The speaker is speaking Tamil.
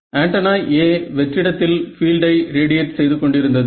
ஆண்டனா A வெற்றிடத்தில் பீல்டை ரேடியேட் செய்து கொண்டிருந்தது